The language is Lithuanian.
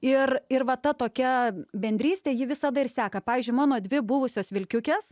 ir ir va ta tokia bendrystė ji visada ir seka pavyzdžiui mano dvi buvusios vilkiukės